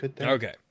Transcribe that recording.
Okay